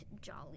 Jolly